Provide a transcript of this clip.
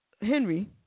Henry